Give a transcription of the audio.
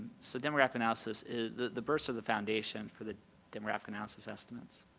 so demographic analysis the the births are the foundation for the demographic analysis estimate.